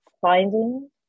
Finding